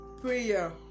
prayer